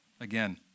again